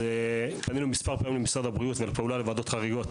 פנינו מספר פעמים למשרד הבריאות ולוועדה לפעולות חריגות